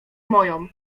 moją